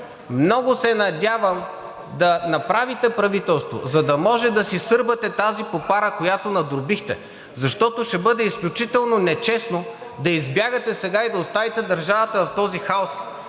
много се надявам да направите правителство, за да може да си сърбате тази попара, която надробихте. Защото ще бъде изключително нечестно да избягате сега и да оставите държавата в този хаос.